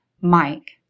Mike